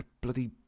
bloody